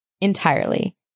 entirely